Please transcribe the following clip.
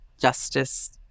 justice